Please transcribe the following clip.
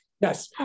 Yes